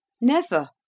Never